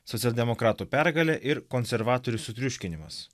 socialdemokratų pergalė ir konservatorių sutriuškinimas